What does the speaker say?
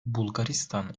bulgaristan